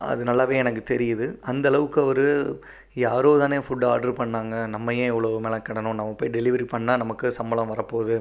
அது நல்லாவே எனக்கு தெரியுது அந்த அளவுக்கு அவர் யாரோ தான ஃபுட் ஆர்டர் பண்ணாங்க நம்ம ஏன் இவ்வளோ மெனக்கெடனும் நம்ம போய் டெலிவரி பண்ணா நமக்கு சம்பளம் வரப்போகுது